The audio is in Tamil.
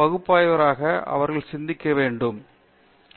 பகுத்தாராய்வதை அவர்கள் சிந்திக்க வேண்டும் என்று நீங்கள் நினைக்கிறீர்களா